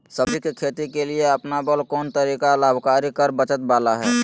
सब्जी के खेती के लिए अपनाबल कोन तरीका लाभकारी कर बचत बाला है?